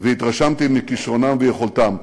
והתרשמתי מכישרונם ויכולתם.